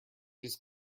just